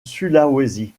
sulawesi